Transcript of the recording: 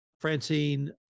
Francine